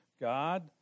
God